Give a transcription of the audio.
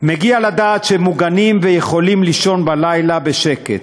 מגיע לדעת שהם מוגנים ויכולים לישון בלילה בשקט,